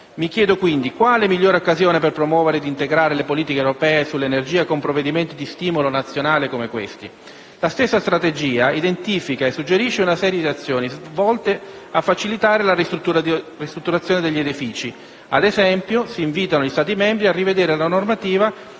Mi chiedo, quindi, quale migliore occasione per promuovere e integrare le politiche europee sull'energia con provvedimenti di stimolo nazionali come questi? La stessa strategia identifica e suggerisce una serie di azioni volte a facilitare la ristrutturazione degli edifici. Ad esempio, si invitano gli Stati membri a rivedere la normativa